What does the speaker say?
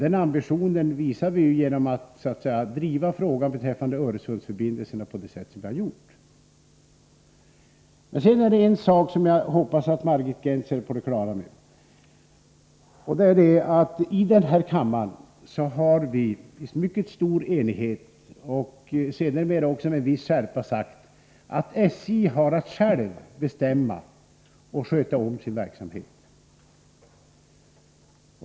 Den ambitionen visar vi genom att driva frågan om Öresundsförbindelserna på det sätt som vi gjort. Men sedan är det en sak som jag hoppas att Margit Gennser är på det klara med. I denna kammare har vi i mycket stor enighet och sedermera också med en viss skärpa sagt att SJ självt har att bestämma över och sköta sin verksamhet.